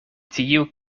tiu